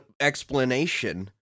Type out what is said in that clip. explanation